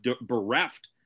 bereft